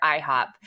IHOP